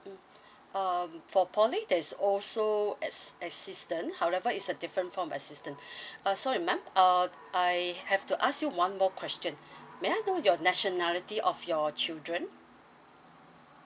mm uh for poly there's also ass~ assistance however it's a different form assistance uh sorry ma'am uh I have to ask you one more question um may I know your nationality of your children